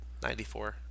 94